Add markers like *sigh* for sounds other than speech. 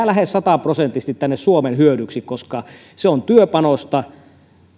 *unintelligible* lähes sataprosenttisesti tänne suomen hyödyksi koska se on työpanosta